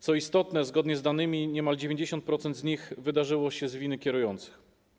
Co istotne, zgodnie z danymi niemal 90% z nich wydarzyło się z winy kierujących.